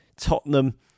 Tottenham